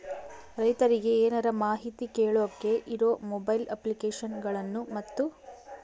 ರೈತರಿಗೆ ಏನರ ಮಾಹಿತಿ ಕೇಳೋಕೆ ಇರೋ ಮೊಬೈಲ್ ಅಪ್ಲಿಕೇಶನ್ ಗಳನ್ನು ಮತ್ತು?